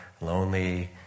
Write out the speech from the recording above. lonely